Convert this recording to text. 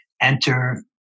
enter